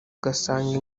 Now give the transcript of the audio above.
ugasanga